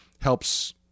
helps